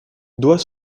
doit